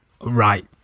right